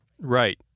Right